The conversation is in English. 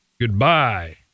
goodbye